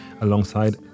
alongside